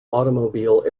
automobile